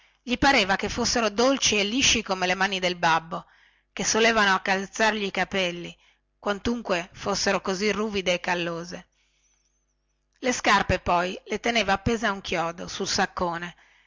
gli pareva che fossero dolci e lisci come le mani del babbo che solevano accarezzargli i capelli così ruvidi e rossi comerano quelle scarpe le teneva appese ad un chiodo sul saccone